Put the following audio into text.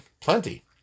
Plenty